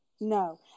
No